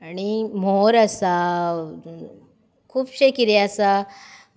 आनी मोर आसा खुबशें कितें आसा